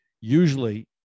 usually